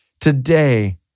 today